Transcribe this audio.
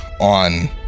on